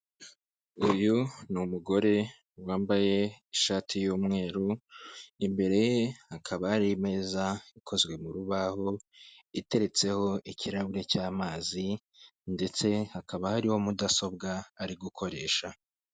Uyu ni umugore wambaye ishati y'umweru, imbere ye hakaba hari imeza ikozwe mu rubaho iteretseho ikirahure cy'amazi ndetse hakaba hari mudasobwa ari gukoresha.